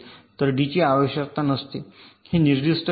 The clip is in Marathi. तर D ची आवश्यकता नसते निर्दिष्ट करणे